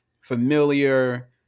familiar